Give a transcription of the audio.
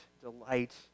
delight